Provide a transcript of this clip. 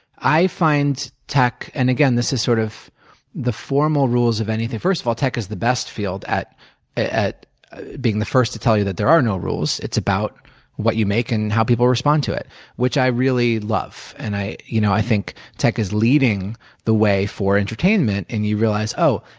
i find tech and, again, this is sort of the formal rules of anything, first of all, tech is the best field at at being the first to tell you that there are no rules. it's about what you make and how people respond to it which i really love. and i you know i think tech is leading the way for entertainment when and you realize, oh,